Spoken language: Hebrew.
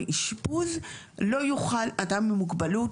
דיברנו על מוסד ששחרר אדם עם מוגבלות